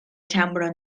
ĉambron